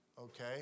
Okay